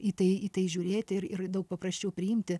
į tai į tai žiūrėti ir daug paprasčiau priimti